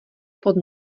pod